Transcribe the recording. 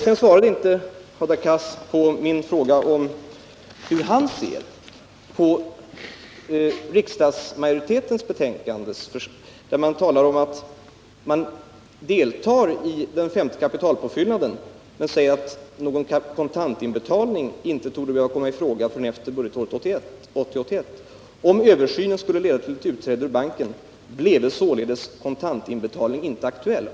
Hadar Cars svarade inte på min fråga om hur han ser på utskottsmajoriteten som säger att man skall delta i den femte kapitalpåfyllnaden men att någon kontantinbetalning inte torde behöva komma i fråga förrän efter budgetåret 1980/81. Om översynen skulle leda till ett utträde ur banken, bleve således inte bankinbetalning aktuell, heter det.